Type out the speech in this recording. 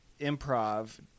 improv